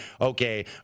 okay